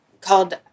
called